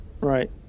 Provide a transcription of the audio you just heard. Right